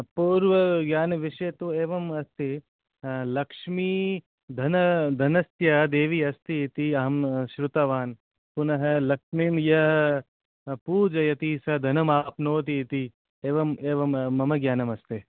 पूर्वज्ञानविषये तु एवं अस्ति लक्ष्मी धन धनस्य देवी अस्ति इति अहं श्रुतवान् पुनः लक्ष्मीं यः पूजयति स धनमाप्नोति इति एवं एवं मम ज्ञानमस्ति